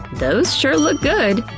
those sure look good!